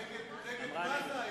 נגד מה זה היה?